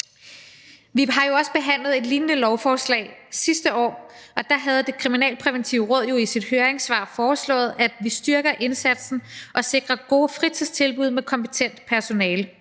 Vi har jo også behandlet et lignende lovforslag sidste år, og der foreslog Det Kriminalpræventive Råd i sit høringssvar, at vi styrker indsatsen og sikrer gode fritidstilbud med kompetent personale.